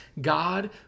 God